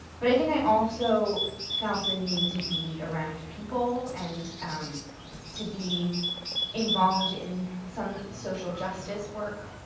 but, i think, i also felt a need to be around people and to be involved in some social justice work.